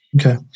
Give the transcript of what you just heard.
Okay